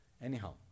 Anyhow